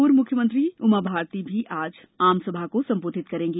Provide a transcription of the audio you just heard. पूर्व मुख्यमंत्री उमाश्री भारती भी आज आमसभा को संबोधित करेंगी